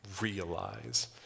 Realize